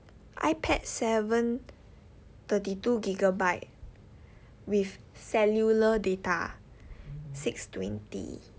ipad seven thirty two gigabyte with cellular data six twenty